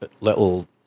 little